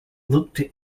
looked